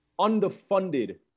underfunded